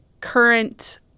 current